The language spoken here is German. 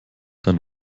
dann